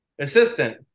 assistant